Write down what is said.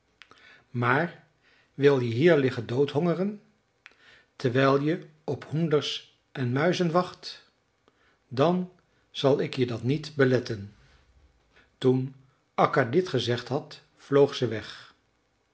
maar wil je hier liggen doodhongeren terwijl je op hoenders en muizen wacht dan zal ik je dat niet beletten toen akka dit gezegd had vloog ze weg